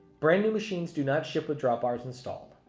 brand-new machines do not ship with drawbars installed.